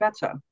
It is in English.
better